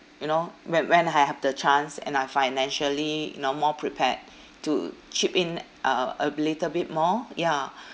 you know when when I ha~ have the chance and I financially you know more prepared to chip in uh a little bit more ya